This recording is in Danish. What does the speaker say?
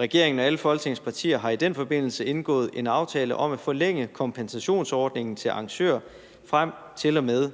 Regeringen og alle Folketingets partier har i den forbindelse indgået en aftale om at forlænge kompensationsordningen til arrangører frem til og med den